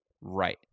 Right